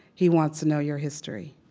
he wants to know your history.